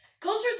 Cultures